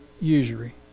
usury